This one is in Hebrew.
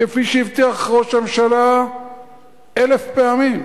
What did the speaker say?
כפי שהבטיח ראש הממשלה אלף פעמים.